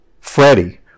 Freddie